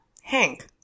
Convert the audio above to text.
Hank